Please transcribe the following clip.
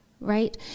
right